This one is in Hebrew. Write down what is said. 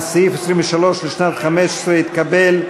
סעיף 23 לשנת 2015 התקבל,